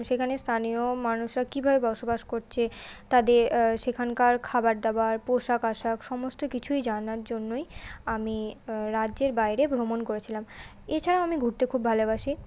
সেখানে স্থানীয় মানুষরা কীভাবে বসবাস করছে তাদের সেখানকার খাবার দাবার পোশাক আশাক সমস্ত কিছুই জানার জন্যই আমি রাজ্যের বাইরে ভ্রমণ করেছিলাম এছাড়াও আমি ঘুরতে খুব ভালোবাসি